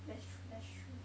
that's true that's true